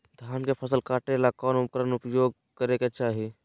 धान के फसल काटे ला कौन उपकरण उपयोग करे के चाही?